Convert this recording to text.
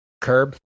Curb